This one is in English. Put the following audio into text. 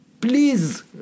Please